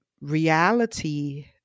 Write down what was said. reality